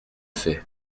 faits